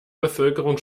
bevölkerung